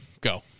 Go